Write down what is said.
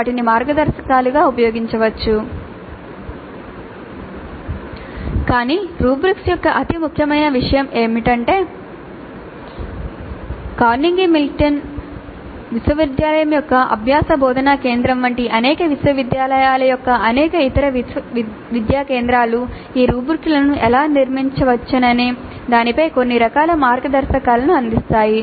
వాటిని మార్గదర్శకాలుగా ఉపయోగించవచ్చు కార్నెగీ మెల్లన్ విశ్వవిద్యాలయం యొక్క అభ్యాస బోధనా కేంద్రం వంటి అనేక విశ్వవిద్యాలయాల యొక్క అనేక ఇతర విద్యా కేంద్రాలు ఈ రుబ్రిక్లను ఎలా నిర్మించవచ్చనే దానిపై కొన్ని రకాల మార్గదర్శకాలను అందిస్తాయి